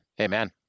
Amen